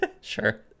Sure